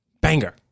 Banger